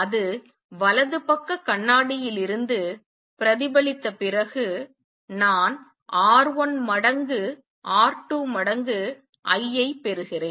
அது வலது பக்க கண்ணாடியிலிருந்து பிரதிபலித்த பிறகு நான் R1 மடங்கு R2 மடங்கு I ஐ பெறுகிறேன்